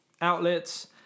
outlets